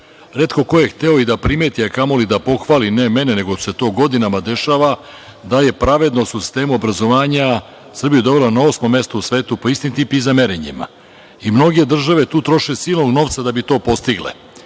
Retko ko je hteo i da primeti, a kamoli da pohvali ne mene, nego se to godinama dešava, da je pravednost u sistemu obrazovanja Srbiju dovela na osmo mesto u svetu po istim tim PISA merenjima. Mnoge države tu troše silnog novca da bi to postigle. Znači